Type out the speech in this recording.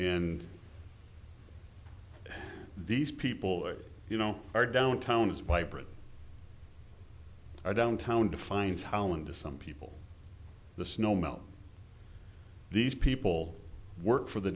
and these people you know our downtown is vibrant our downtown defines holland to some people the snow melt these people work for the